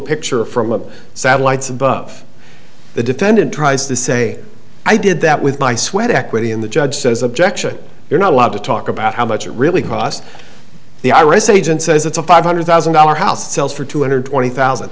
picture from satellites above the defendant tries to say i did that with my sweat equity in the judge says objection you're not allowed to talk about how much it really cost the ira sage and says it's a five hundred thousand dollars house sells for two hundred twenty thousand